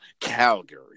Calgary